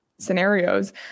scenarios